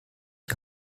die